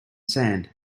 sand